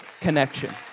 connection